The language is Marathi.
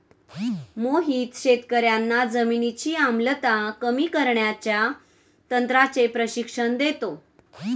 मोहित शेतकर्यांना जमिनीची आम्लता कमी करण्याच्या तंत्राचे प्रशिक्षण देतो